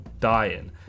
dying